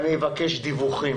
אני אבקש דיווחים